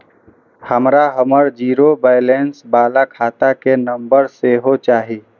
हमरा हमर zero balance बाला खाता के नम्बर सेहो चाही